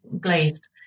glazed